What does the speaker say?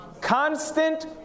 Constant